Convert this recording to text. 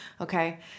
Okay